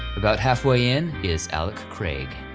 about half way in is alec craig.